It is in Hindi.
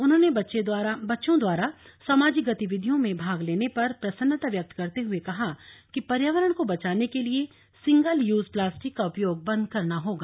उन्होंने बच्चों द्वारा सामाजिक गतिविधियों में भाग लेने पर प्रसन्नता व्यक्त करते हुए कहा कि पर्यावरण को बचाने के लिये सिंगल यूज प्लास्टिक का उपयोग बन्द करना होगा